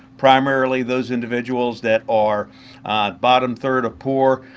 primarily those individuals that are bottom third or poor,